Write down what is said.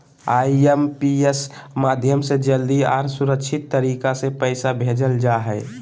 IMPS माध्यम से जल्दी आर सुरक्षित तरीका से पैसा भेजल जा हय